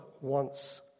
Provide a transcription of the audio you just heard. wants